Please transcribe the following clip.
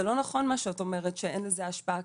זה לא נכון מה שאת אומרת שאין לזה השפעה,